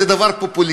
שזה דבר פופוליסטי,